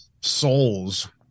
souls